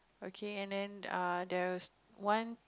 okay and then err there's one